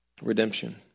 redemption